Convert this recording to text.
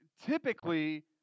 typically